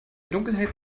dunkelheit